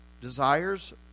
desires